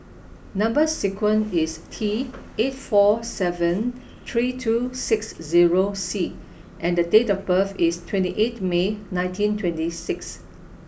number sequence is T eight four seven three two six zero C and date of birth is twenty eighth May nineteen twenty six